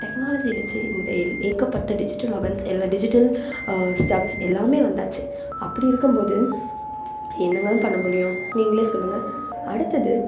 டெக்னாலஜியை வெச்சு இங்கே எல் ஏகப்பட்ட டிஜிட்டல் அவென்ஸ் எல்லா டிஜிட்டல் ஸ்டவ்ஸ் எல்லாமே வந்தாச்சு அப்படி இருக்கும் போது என்னங்க பண்ண முடியும் நீங்களே சொல்லுங்கள் அடுத்தது